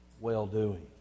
Well-doing